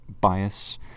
bias